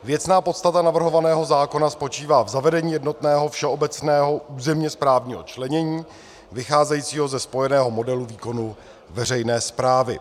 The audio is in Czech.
Věcná podstata navrhovaného zákona spočívá v zavedení jednotného všeobecného územně správního členění vycházejícího ze spojeného modelu výkonu veřejné správy.